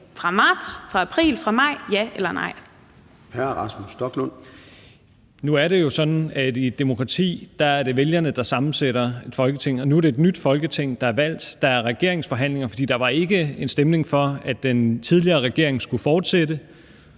Hr. Rasmus Stoklund. Kl. 13:44 Rasmus Stoklund (S): Nu er det jo sådan, at i et demokrati er det vælgerne, der sammensætter Folketinget. Og nu er det et nyt Folketing, der er valgt. Der er regeringsforhandlinger, fordi der ikke var en stemning for, at den tidligere regering skulle fortsætte.